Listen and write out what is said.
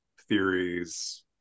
theories